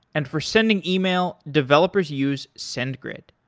and for sending email developers use sendgrid.